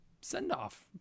send-off